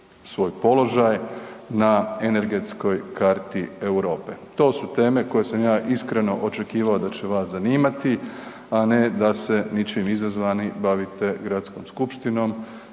svoj položaj na energetskoj karti Europe. To su teme koje sam ja iskreno očekivao da će vas zanimati, a ne da se ničim izazvani bavite gradskom skupštinom,